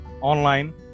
online